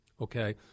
Okay